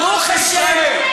ברוך השם,